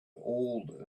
old